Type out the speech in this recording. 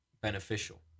beneficial